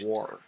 War